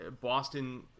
Boston